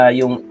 yung